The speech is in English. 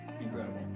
Incredible